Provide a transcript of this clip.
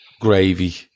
gravy